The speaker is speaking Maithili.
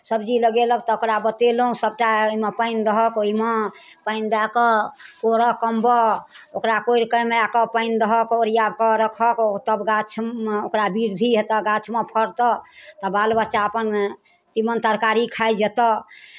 सब्जी लगेलक तऽ ओकरा बतेलहुँ सभटा ओहिमे पानि दहक ओहिमे पानि दए कऽ कोरह कमबह ओकरा कोरि कमाए कऽ पानि दहक ओरिया कऽ रखहक तब गाछमे ओकरा वृद्धि हेतह गाछमे फड़तह तऽ बाल बच्चा अपन तीमन तरकारी खाइ जेतह